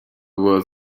była